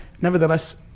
Nevertheless